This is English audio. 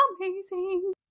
amazing